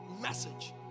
message